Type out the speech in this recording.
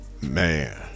Man